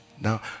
now